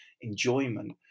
enjoyment